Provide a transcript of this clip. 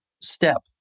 step